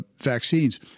vaccines